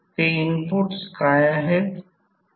ते इनपुट्स काय आहेत